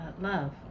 Love